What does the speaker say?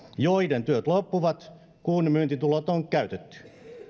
joiden työt loppuvat kun myyntitulot on käytetty